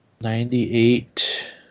Ninety-eight